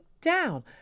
down